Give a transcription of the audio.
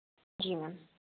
जी ma'am